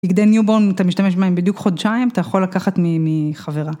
בגדי ניובורן אתה משתמש במהם בדיוק חודשיים, אתה יכול לקחת מחברה.